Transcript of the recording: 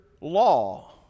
law